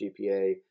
GPA